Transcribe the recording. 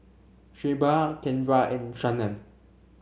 Shelba Kendra and Shannen